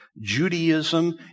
Judaism